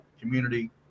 community